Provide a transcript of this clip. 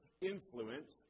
influence